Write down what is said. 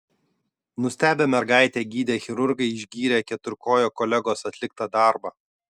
nustebę mergaitę gydę chirurgai išgyrė keturkojo kolegos atliktą darbą